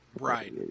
right